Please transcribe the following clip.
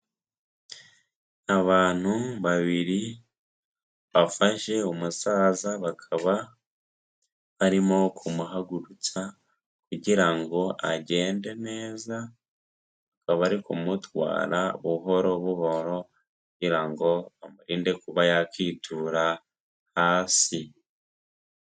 Abantu babiri, bafashe umusaza, bakaba barimo kumuhagurutsa kugira ngo agende neza, bakaba bari kumutwara buhoro buhoro kugira ngo bamurinde kuba yakwitura hasi.